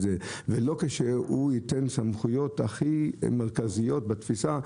זה ולא כשהוא ייתן סמכויות הכי מרכזיות בתפיסה,